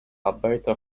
alberto